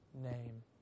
name